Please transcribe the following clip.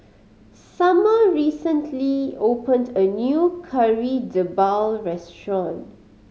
somer recently opened a new Kari Debal restaurant